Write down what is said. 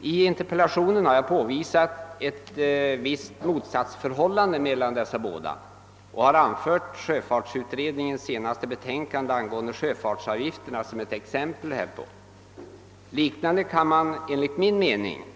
Jag har i interpellationen påvisat ett visst motsatsförhållande mellan dessa båda målsättningar och har anfört sjöfartsutredningens senaste betänkande, angående sjöfartsavgifterna, som ett exempel härpå. Något liknande kan enligt min mening också